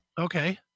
Okay